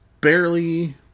barely